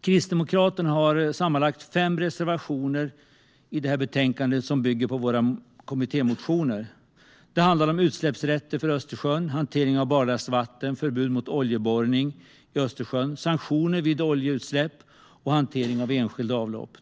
Kristdemokraterna har i betänkandet sammanlagt fem reservationer som bygger på våra kommittémotioner. De handlar om utsläppsrätter för Östersjön, hantering av barlastvatten, förbud mot oljeborrning i Östersjön, sanktioner vid oljeutsläpp och hantering av enskilda avlopp.